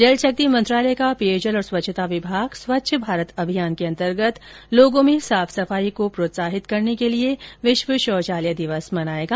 जल शक्ति मंत्रालय का पेयजल और स्वच्छता विभाग स्वच्छ भारत अभियान के अंतर्गत लोगों में साफ सफाई को प्रोत्साहित करने के लिए विश्व शौचालय दिवस मनाएगा